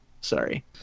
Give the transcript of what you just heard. Sorry